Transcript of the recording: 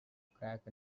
crack